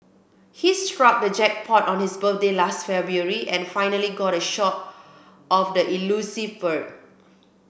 he struck the jackpot on his birthday last February and finally got a shot of the elusive bird